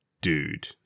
dude